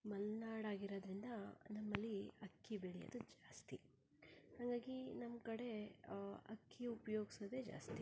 ಮಲ್ನಾಡು ಆಗಿರೋದ್ರಿಂದ ನಮ್ಮಲ್ಲಿ ಅಕ್ಕಿ ಬೆಳ್ಯೋದು ಜಾಸ್ತಿ ಹಾಗಾಗಿ ನಮ್ಮ ಕಡೆ ಅಕ್ಕಿ ಉಪಯೋಗ್ಸೊದೇ ಜಾಸ್ತಿ